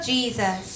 Jesus